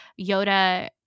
Yoda